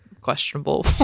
questionable